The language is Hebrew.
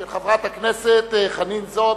הצעה לסדר-היום של חברת הכנסת חנין זועבי,